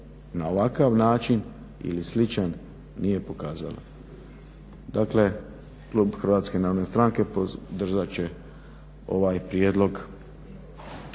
na ovakav način ili sličan nije pokazala. Dakle HNS-a podržati će ovaj prijedlog